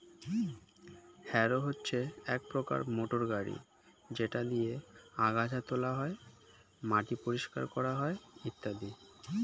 harrow হচ্ছে এক প্রকার মোটর গাড়ি যেটা দিয়ে আগাছা তোলা হয়, মাটি পরিষ্কার করা হয় ইত্যাদি